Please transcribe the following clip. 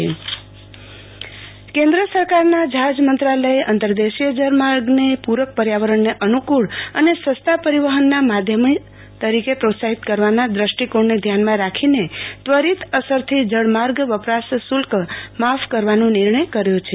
આરતી ભટ જહાજ મંત્રાલય કેન્દ્ર સરકારના જહાજ મંત્રાલય અંતર્દેશીય જળમાર્ગને પ્રક પર્યાવરણન અનુકુળ અને સસ્તા પરિવહનના માધ્યમ તરીકે પ્રોત્સાહિત કરવાના દ્રષ્ટિકોણને ધ્યાનમાં રાખીને ત્વરીત અસરથી જળમાર્ગ વપરાશ શૃલ્ક માફ કરવાનો નિર્ણય કર્યો છે